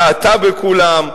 טעתה בכולם,